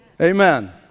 Amen